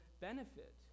benefit